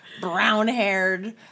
brown-haired